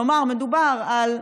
כלומר מדובר על,